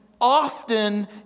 Often